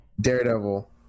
Daredevil